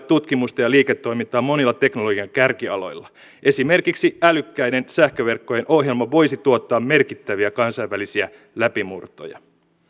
tutkimusta ja liiketoimintaa monilla teknologian kärkialoilla esimerkiksi älykkäiden sähköverkkojen ohjelma voisi tuottaa merkittäviä kansainvälisiä läpimurtoja